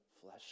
flesh